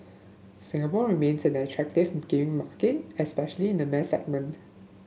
Singapore remains an attractive gaming market especially in the mass segment